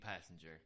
passenger